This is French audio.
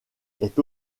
est